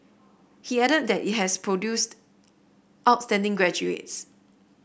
he added that it has produced outstanding graduates